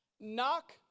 Knock